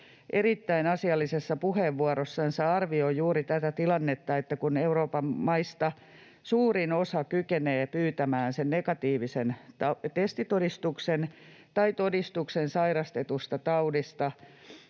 erittäin asiallisessa puheenvuorossansa arvioi juuri tätä tilannetta — kun Euroopan maista suurin osa kykenee pyytämään sen negatiivisen testitodistuksen tai todistuksen sairastetusta taudista,